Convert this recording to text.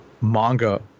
manga